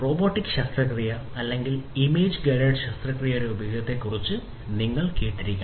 robotic ശസ്ത്രക്രിയയുടെ ഉപയോഗത്തെക്കുറിച്ച് നിങ്ങൾ കേട്ടിരിക്കണം